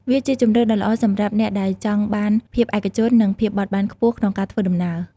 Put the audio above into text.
វាជាជម្រើសដ៏ល្អសម្រាប់អ្នកដែលចង់បានភាពឯកជននិងភាពបត់បែនខ្ពស់ក្នុងការធ្វើដំណើរ។